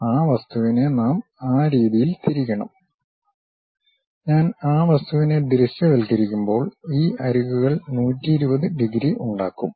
അതിനാൽ ആ വസ്തുവിനെ നാം ആ രീതിയിൽ തിരിക്കണം ഞാൻ ആ വസ്തുവിനെ ദൃശ്യവൽക്കരിക്കുമ്പോൾ ഈ അരികുകൾ 120 ഡിഗ്രി ഉണ്ടാക്കും